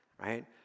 right